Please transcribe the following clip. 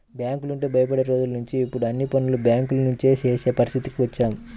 బ్యాంకులంటే భయపడే రోజులనుంచి ఇప్పుడు అన్ని పనులు బ్యేంకుల నుంచే చేసే పరిస్థితికి వచ్చాం